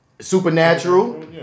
Supernatural